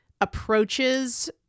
approaches